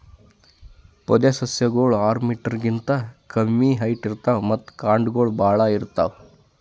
ಪೊದೆಸಸ್ಯಗೋಳು ಆರ್ ಮೀಟರ್ ಗಿಂತಾ ಕಮ್ಮಿ ಹೈಟ್ ಇರ್ತವ್ ಮತ್ತ್ ಕಾಂಡಗೊಳ್ ಭಾಳ್ ಇರ್ತವ್